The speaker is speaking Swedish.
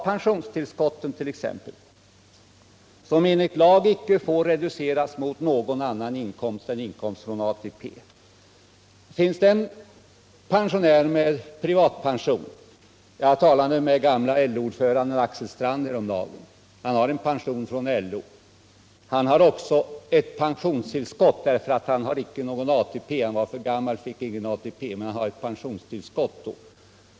pensionstillskotten, som enligt lag inte får reduceras mot någon annan inkomst än inkomst från ATP. Jag talade med gamle LO-ord = Nr 49 föranden Axel Strand häromdagen. Han har en pension från LO. Han har också ett pensionstillskott därför att han inte har någon ATP, då han var för gammal för att få sådan.